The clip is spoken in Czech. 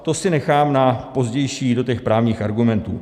To si nechám na pozdější, do právních argumentů.